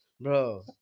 bro